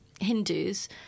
Hindus